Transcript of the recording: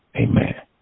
amen